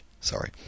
sorry